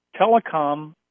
telecom